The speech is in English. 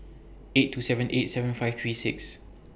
eight two seven eight seven five three six